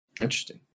interesting